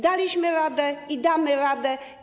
Daliśmy radę i damy radę.